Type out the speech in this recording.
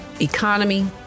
economy